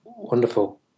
Wonderful